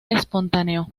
espontáneo